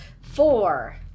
four